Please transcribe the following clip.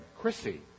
Chrissy